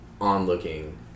onlooking